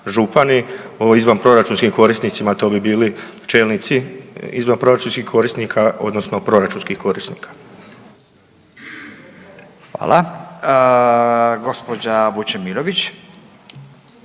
o izvanproračunskim korisnicima to bi bili čelnici izvanproračunskih korisnika odnosno proračunskih korisnika. **Radin, Furio